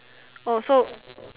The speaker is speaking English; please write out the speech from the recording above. oh so